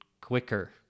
quicker